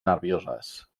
nervioses